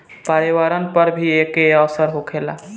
पर्यावरण पर भी एके असर होखता